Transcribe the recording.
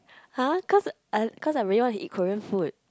!huh! cause I cause I really want to eat Korean food